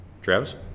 Travis